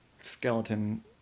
skeleton